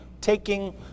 taking